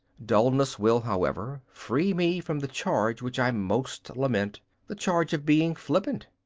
dulness will, however, free me from the charge which i most lament the charge of being flippant.